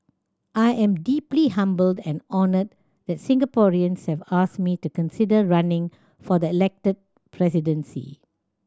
I am deeply humbled and honoured that Singaporeans have asked me to consider running for the Elected Presidency